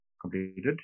completed